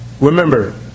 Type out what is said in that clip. Remember